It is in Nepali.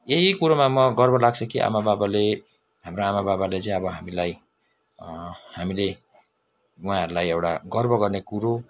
यही कुरोमा म गर्व लाग्छ कि आमा बाबाले हाम्रो आमा बाबाले चाहिँ अब हामीलाई हामीले उहाँहरूलाई एउटा गर्व गर्ने कुरो